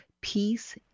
Peace